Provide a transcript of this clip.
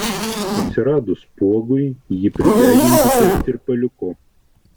atsiradus spuogui jį prideginkite tirpaliuku